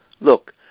look